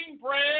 bread